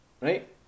right